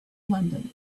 london